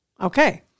Okay